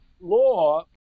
law